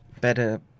Better